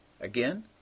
Again